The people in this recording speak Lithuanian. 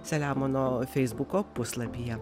selemono feisbuko puslapyje